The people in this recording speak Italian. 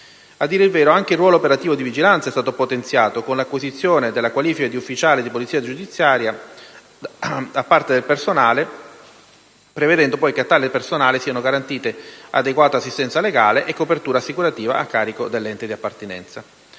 A dire il vero, anche il ruolo operativo di vigilanza è stato potenziato con l'acquisizione della qualifica di ufficiale di polizia giudiziaria da parte del personale, prevedendo che a tale personale siano garantite adeguata assistenza legale e copertura assicurativa a carico dell'ente di appartenenza.